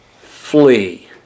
Flee